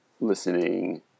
listening